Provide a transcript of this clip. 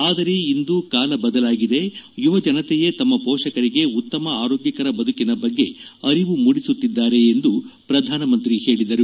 ಆದರೆ ಇಂದು ಕಾಲ ಬದಲಾಗಿದೆ ಯುವಜನತೆಯೇ ತಮ್ಮ ಪೋಷಕರಿಗೆ ಉತ್ತಮ ಆರೋಗ್ಕಕರ ಬದುಕಿನ ಬಗ್ಗೆ ಅರಿವು ಮೂಡಿಸುತ್ತಿದ್ದಾರೆ ಎಂದು ಪ್ರಧಾನಿ ಹೇಳದರು